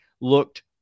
looked